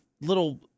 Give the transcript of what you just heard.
little